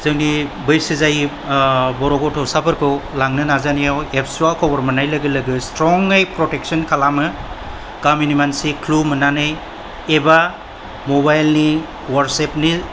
जोंनि बैसो जायै ओ बर' गथ'साफोरखौ लांनो नाजानायाव एबसुवा खबर मोन्नाय लोगो लोगो स्ट्रङै प्रटेकशन खालामो गामिनि मानसि क्लू मोननानै एबा मबाइलनि वाटसएपनि